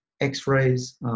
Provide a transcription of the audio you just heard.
X-rays